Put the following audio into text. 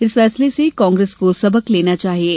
इस फैसले से कांग्रेस को सबक लेना चाहिये